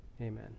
Amen